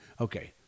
Okay